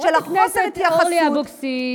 של חוסר ההתייחסות,